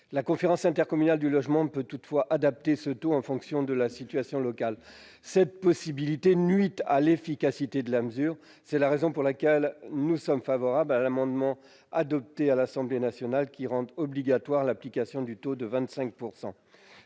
La conférence intercommunale du logement peut toutefois adapter ce taux en fonction de la situation locale. Cette possibilité nuit à l'efficacité de la mesure. C'est la raison pour laquelle nous sommes favorables à l'amendement adopté à l'Assemblée nationale, qui rend obligatoire l'application du taux de 25 %.